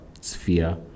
sphere